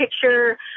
picture